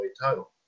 title